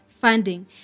funding